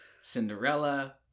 Cinderella